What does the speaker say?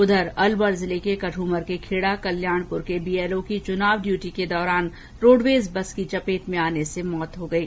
उधर अलवर जिले के कठूमर के खेड़ा कल्याणपुर के बीएलओ की चुनाव ड्यूटी के दौरान रोडवेज बस की चपेट में आने से मौत हो गयी